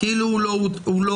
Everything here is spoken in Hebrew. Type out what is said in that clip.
כאילו הוא לא הודה?